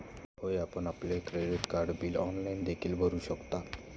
होय, आपण आपले क्रेडिट कार्ड बिल ऑनलाइन देखील भरू शकता